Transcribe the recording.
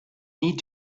need